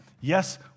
Yes